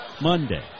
Monday